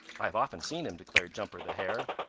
i've often seen him, declared jumper the hare.